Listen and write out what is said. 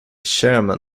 chairman